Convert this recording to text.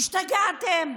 השתגעתם?